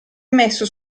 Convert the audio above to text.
messo